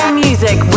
music